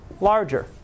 larger